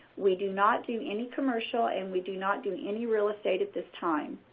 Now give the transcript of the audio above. we do not do any commercial and we do not do any real estate, at this time.